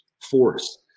force